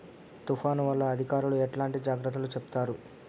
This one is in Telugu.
తుఫాను వల్ల అధికారులు ఎట్లాంటి జాగ్రత్తలు చెప్తారు?